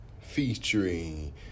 featuring